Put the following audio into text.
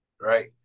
right